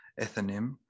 Ethanim